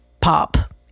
pop